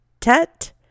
Tet